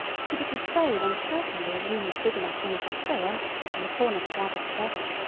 should it be so then certainly a room is big enough when it is so empty and the corners are gathered together.